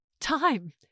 time